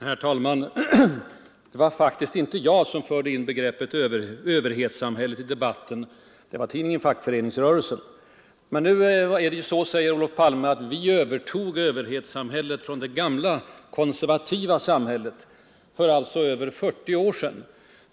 Herr talman! Det var faktiskt inte jag som förde in begreppet överhetssamhället i debatten. Det var tidningen Fackföreningsrörelsen. Men nu är det så, säger Olof Palme, att vi övertog överhetssamhället från det gamla konservativa samhället — alltså för över 40 år sedan.